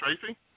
Tracy